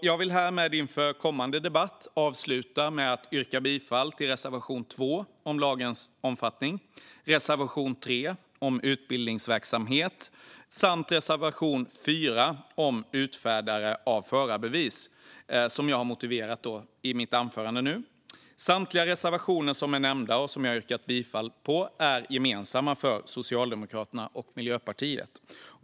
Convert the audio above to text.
Jag vill härmed inför kommande debatt avsluta med att yrka bifall till reservation 2 om lagens omfattning, reservation 3 om utbildningsverksamhet samt reservation 4 om utfärdare av förarbevis, enligt motiveringar i detta anförande. Samtliga reservationer som jag nämnde och som jag har yrkat bifall till är gemensamma för Socialdemokraterna och Miljöpartiet.